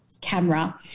Camera